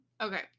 Okay